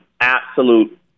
absolute